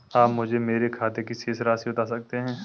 आप मुझे मेरे खाते की शेष राशि बता सकते हैं?